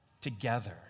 together